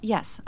Yes